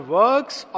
works